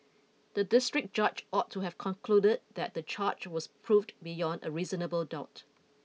the district judge ought to have concluded that the charge was proved beyond a reasonable doubt